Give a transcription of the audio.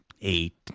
eight